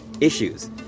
issues